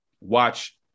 watch